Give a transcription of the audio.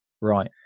Right